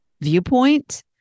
viewpoint